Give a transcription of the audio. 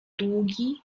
długi